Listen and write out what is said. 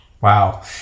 Wow